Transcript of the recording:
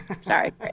Sorry